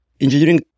engineering